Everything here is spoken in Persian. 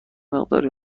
مقداری